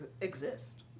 exist